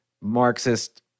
Marxist